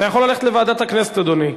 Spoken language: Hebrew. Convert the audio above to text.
אתה יכול ללכת לוועדת הכנסת, אדוני.